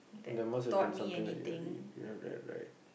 there must have been something that you have read you have read right